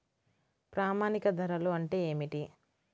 ప్రామాణిక ధరలు అంటే ఏమిటీ?